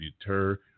deter